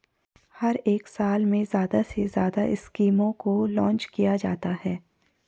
हर एक साल में ज्यादा से ज्यादा स्कीमों को लान्च किया जाता है